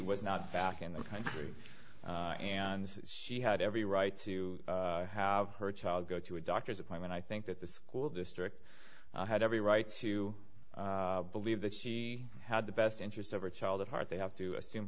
was not back in the country and she had every right to have her child go to a doctor's appointment i think that the school district had every right to believe that she had the best interest over a child at heart they have to assume